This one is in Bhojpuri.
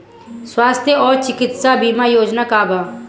स्वस्थ और चिकित्सा बीमा योजना का बा?